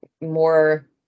more